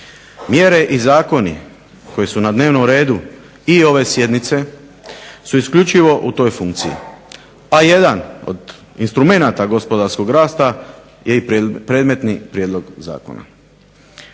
Mjere i zakoni koji su na dnevnom redu i ove sjednice su isključivo u toj funkciji a jedan od instrumenata gospodarskog rasta je i predmetni prijedlog zakona.